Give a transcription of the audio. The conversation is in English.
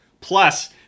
Plus